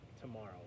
tomorrow